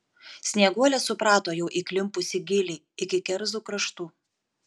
snieguolė suprato jau įklimpusi giliai iki kerzų kraštų